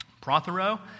Prothero